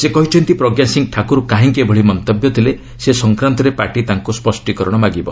ସେ କହିଛନ୍ତି ପ୍ରଜ୍ଞା ସିଂ ଠାକୁର କାହିଁକି ଏଭଳି ମନ୍ତବ୍ୟ ଦେଲେ ସେ ସଂକ୍ରାନ୍ତରେ ପାର୍ଟି ତାଙ୍କୁ ସ୍ୱଷ୍ଟୀକରଣ ମାଗିବ